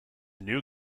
new